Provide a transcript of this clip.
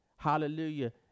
Hallelujah